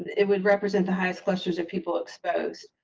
it would represent the highest clusters of people exposed.